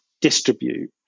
distribute